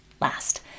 Last